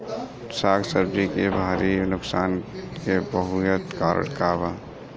साग सब्जी के भारी नुकसान के बहुतायत कारण का बा?